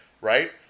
right